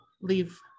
leave